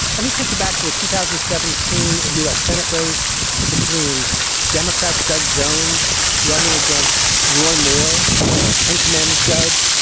and he'd take it back to the two thousand and seventeen u s. senate race between democrat doug jones running against roy moore, the ten commandments judge,